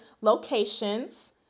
locations